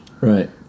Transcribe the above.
Right